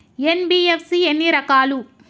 NBFC ఎన్ని రకాలు?